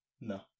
No